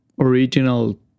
original